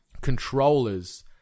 controllers